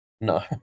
No